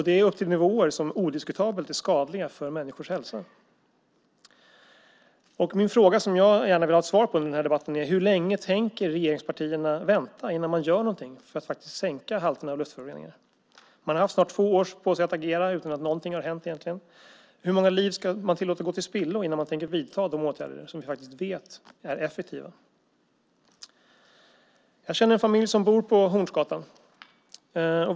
Det handlar om nivåer som odiskutabelt är skadliga för människors hälsa. Den fråga jag gärna vill ha svar på i denna debatt är hur länge regeringspartierna tänker vänta innan de gör någonting för att sänka halterna av luftföroreningar. De har haft snart två år på sig att agera utan att egentligen någonting har hänt. Hur många liv ska man tillåta gå till spillo innan man tänker vidta de åtgärder som vi vet är effektiva? Jag känner en familj som bor på Hornsgatan.